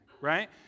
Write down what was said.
right